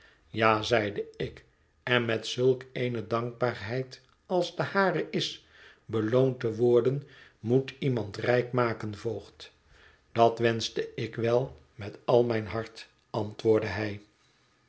ja zeide ik en met zulk eene dankbaarheid als de hare is beloond te worden moet iemand rijk maken voogd dat wenschte ik wel met al mijn hart antwoordde hij